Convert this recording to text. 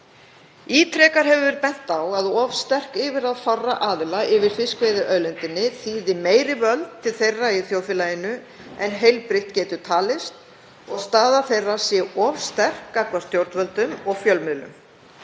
Ítrekað hefur verið bent á að of sterk yfirráð fárra aðila yfir fiskveiðiauðlindinni þýði meiri völd til þeirra í þjóðfélaginu en heilbrigt getur talist og staða þeirra sé of sterk gagnvart stjórnvöldum og fjölmiðlum,